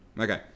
okay